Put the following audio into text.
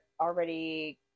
already